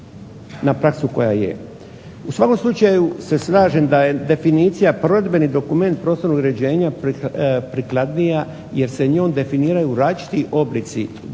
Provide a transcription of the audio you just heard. U svakom slučaju se slažem da je definicija provedbeni dokument prostornog uređenja prikladnija jer se njom definiraju različiti oblici detaljnije